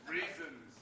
Reasons